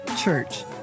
church